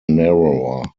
narrower